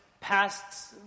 past